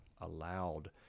allowed